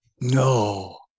No